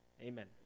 Amen